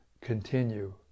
continue